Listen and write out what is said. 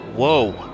Whoa